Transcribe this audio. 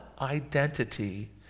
identity